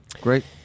Great